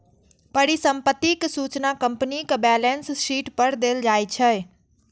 परिसंपत्तिक सूचना कंपनीक बैलेंस शीट पर देल जाइ छै